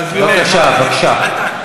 בבקשה, בבקשה.